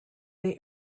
they